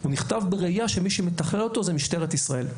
הוא נכתב בראיה שמי שמתכלל אותו זה משטרת ישראל.